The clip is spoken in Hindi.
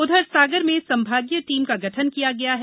उधर सागर में संभागीय टीम का गठन किया है